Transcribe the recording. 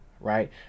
right